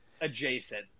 adjacent